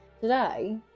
Today